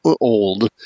old